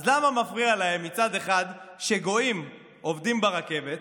אז למה מפריע להם מצד אחד שגויים עובדים ברכבת,